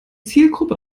zielgruppe